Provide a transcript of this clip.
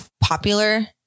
popular